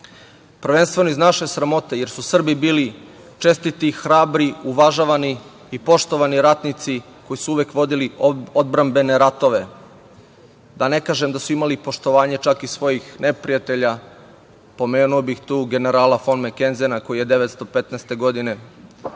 Prvenstveno iz naše sramote jer su Srbi bili čestiti, hrabri, uvažavani i poštovani ratnici koji su uvek vodili odbrambene ratove, da ne kažem da su imali poštovanje čak i svojih neprijatelja, pomenuo bih tu i generala fon Mekenzena koji je 1915. godine rekao